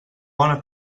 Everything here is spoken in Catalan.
bona